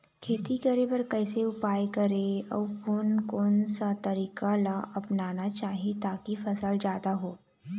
खेती करें बर कैसे उपाय करें अउ कोन कौन सा तरीका ला अपनाना चाही ताकि फसल जादा हो?